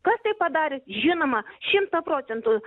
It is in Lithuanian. kas tai padarė žinoma šimtą procentų